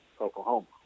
Oklahoma